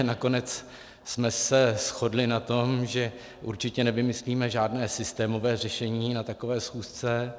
Nakonec jsme se shodli na tom, že určitě nevymyslíme žádné systémové řešení na takové schůzce.